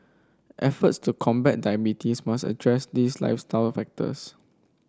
efforts to combat diabetes must address these lifestyle factors